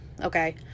Okay